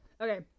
Okay